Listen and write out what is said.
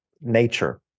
nature